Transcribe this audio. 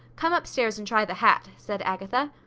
come upstairs and try the hat, said agatha.